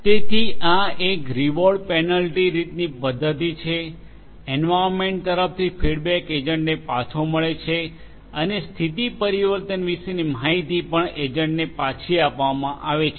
તેથી આ એક રીવોર્ડ પેનલ્ટી રીતની પદ્ધતિ છે એન્વાર્યન્મેન્ટ તરફથી ફીડબેક એજન્ટને પાછો મળે છે અને સ્થિતિ પરિવર્તન વિશેની માહિતી પણ એજન્ટને પાછી આપવામાં આવે છે